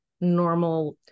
normal